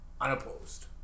unopposed